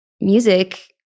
music